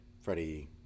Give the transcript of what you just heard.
Freddie